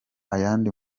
ayandi